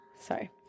sorry